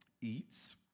eats